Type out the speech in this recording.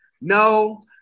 no